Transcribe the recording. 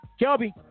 Kelby